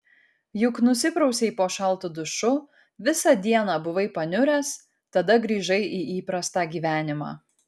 juk nusiprausei po šaltu dušu visą dieną buvai paniuręs tada grįžai į įprastą gyvenimą